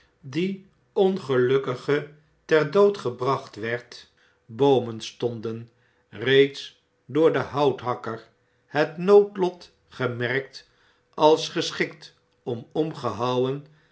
die ongelukkige ter dood gebracht werd boomenstonden reeds door den houthakker het noodlot gemerkt als geschikt om omgehouwen